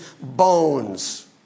bones